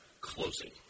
closing